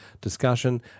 discussion